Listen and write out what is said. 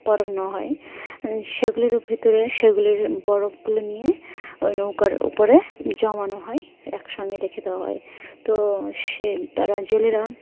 বরফ নেওয়া হয় সেগুলির ভেতরে সেগুলির বরফগুলো নিয়ে ওই নৌকার উপরে জমানো হয় একসঙ্গে রেখে দেওয়া হয় তো সে তারা জেলেরা